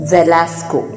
Velasco